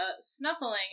snuffling